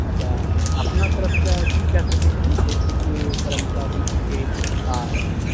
अच्छा अपना तरफसॅं की कय सकै छी जाहिसॅं की एकर अपना सब के आ